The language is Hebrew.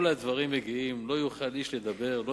כל הדברים יגעים לא יוכל איש לדבר לא